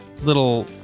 little